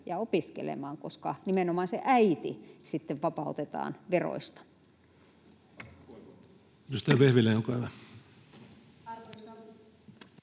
ja opiskelemaan, koska nimenomaan se äiti sitten vapautetaan veroista.